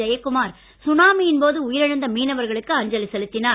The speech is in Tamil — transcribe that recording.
ஜெயக்குமார் சுனாமியின்போது உயிரிழந்த மீனவர்களுக்கு அஞ்சலி செலுத்தினார்